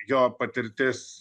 jo patirtis